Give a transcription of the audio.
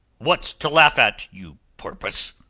what's to laugh at, you porpoise?